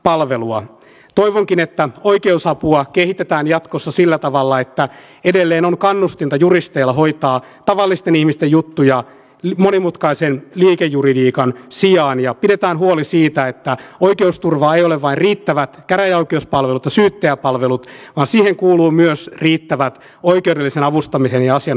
sitten ajattelin että sanon muutaman sanan tästä digitalisaatiosta josta on kannustinta juristeilla hoitaa tavallisten ihmisten hyvin kirjoitettu tähän mietintöön ja pidetään huoli siitä että oikeusturva ei myös yksilöity sitä vähän tarkemminkin mihin valiokunnan mielestä erityisesti pitäisi nyt kiinnittää huomiota